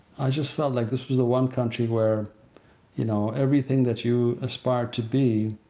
i just felt like this was the one country where you know everything that you aspire to be,